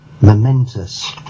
momentous